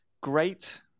great